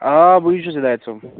آ بٕے چھُس حِدایَت صٲب